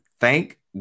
thank